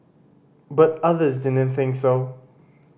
but others didn't think so